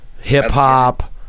hip-hop